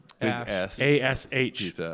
A-S-H